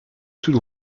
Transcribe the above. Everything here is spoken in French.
tout